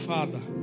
Father